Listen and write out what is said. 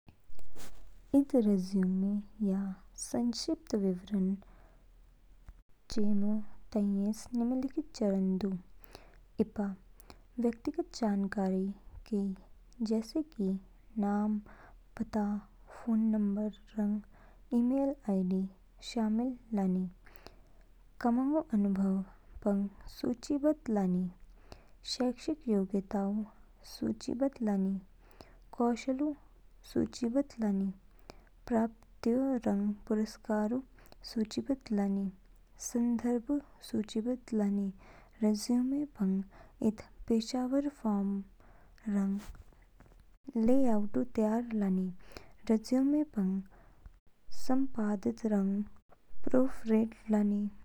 Eid resume या संक्षिप्त विवरण चेमौ ताइएस निम्नलिखित चरण दु। ईपा व्यक्तिगत जानकारी केई जैसे कि नाम, पता, फोन नंबर, रंग ईमेल आईडी शामिल लानि। कामङगु अनुभव पंग सूचीबद्ध लानि। शैक्षिक योग्यता ऊ सूचीबद्ध लानि। कौशलों सूचीबद्ध लानि। प्राप्तियों रंग पुरस्कारों सूचीबद्ध लानि संदर्भों सूचीबद्ध लानि। रेज़्यूमे पंग ईद पेशेवर फॉर्मेट रंग लेआउट ऊ तैयार लानि। रेज़्यूमे पंग संपादित रंग प्रूफरीड लानि।